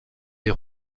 les